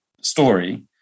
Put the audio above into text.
story